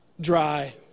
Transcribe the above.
dry